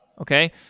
Okay